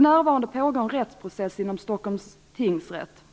närvarande pågår en rättsprocess inom Stockholms tingsrätt.